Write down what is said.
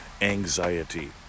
anxiety